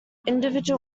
individual